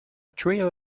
trio